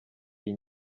iyi